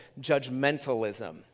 judgmentalism